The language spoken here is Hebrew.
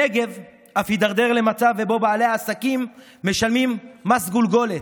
הנגב אף הידרדר למצב שבו בעלי העסקים משלמים מס גולגולת,